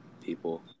people